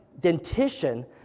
dentition